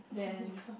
then